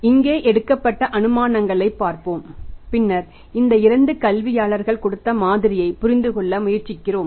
எனவே இங்கே எடுக்கப்பட்ட அனுமானங்களைப் பார்ப்போம் பின்னர் இந்த 2 கல்வியாளர்கள் கொடுத்த மாதிரியைப் புரிந்துகொள்ள முயற்சிக்கிறோம்